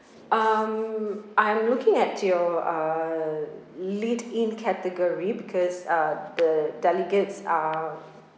um I'm looking at your uh lead in category because uh the delegates are